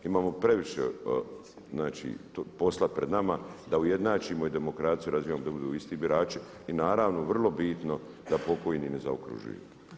Imamo previše posla pred nama da ujednačimo i demokraciju razvijamo da budu isti birači i naravno vrlo bitno da pokojni ne zaokružuju.